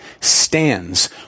stands